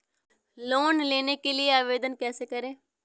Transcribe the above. Loan के लिए आवेदन कैसे करें?